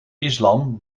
islam